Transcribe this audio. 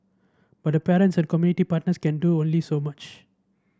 but the parents and community partners can do only so much